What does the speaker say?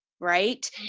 right